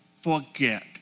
forget